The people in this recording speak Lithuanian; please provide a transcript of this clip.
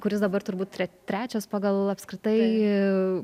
kuris dabar turbūt tre trečias pagal apskritai